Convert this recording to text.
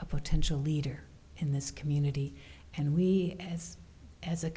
a potential leader in this community and we as as a